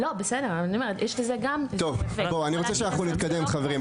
אני אומרת יש לזה גם אפקט --- טוב אני רוצה שאנחנו נתקדם חברים,